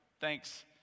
Thanks